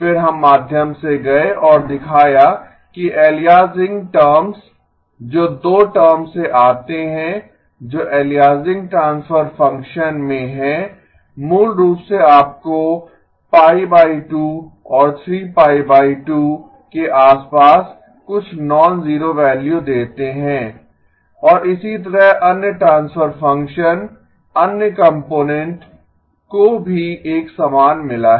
फिर हम माध्यम से गये और दिखाया कि एलियासिंग टर्म्स जो दो टर्म्स से आते हैं जो एलियासिंग ट्रांसफर फंक्शन मे हैं मूल रूप से आपको और के आसपास कुछ नॉनजीरो वैल्यू देतें हैं और इसी तरह अन्य ट्रांसफर फंक्शन अन्य कंपोनेंट को भी एक समान मिला है